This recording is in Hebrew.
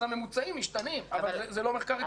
הממוצעים משתנים אבל זה לא מחקר רציני.